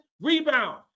rebound